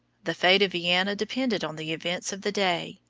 the fate of vienna depended on the events of the day.